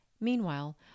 Meanwhile